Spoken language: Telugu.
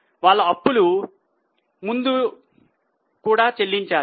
వాళ్ల ముందు అప్పులు కూడా చెల్లించారు